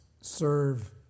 serve